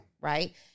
Right